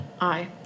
Aye